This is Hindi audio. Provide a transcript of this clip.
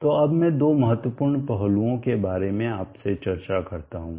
तो अब मैं 2 महत्वपूर्ण पहलुओं के बारे में आपसे चर्चा करता हूं